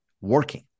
working